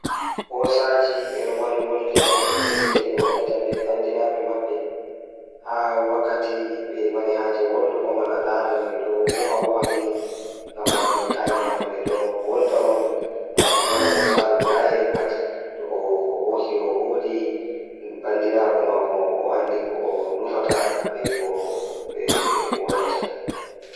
Ɓikkon jotta ɓuri nanugo belɗum Miɗo yiɗi ko moƴƴi yimɓe ɓe doole ɓe yetto nder heɓugol fayde e no ɓuri saare e hokkugo. Kono, ko dume ngal wondi laabi kadi, e tawii konngol ngal hakkunde tofinay goonga.